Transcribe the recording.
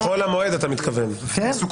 אתה מתכוון לחול